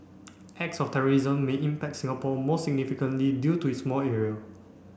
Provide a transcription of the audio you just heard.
acts of terrorism may impact Singapore more significantly due to its small area